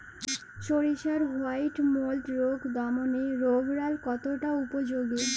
সরিষার white mould রোগ দমনে রোভরাল কতটা উপযোগী?